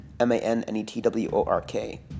M-A-N-N-E-T-W-O-R-K